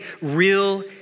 real